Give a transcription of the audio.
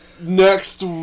Next